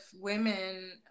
women